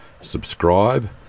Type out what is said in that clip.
subscribe